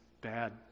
bad